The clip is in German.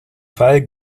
fall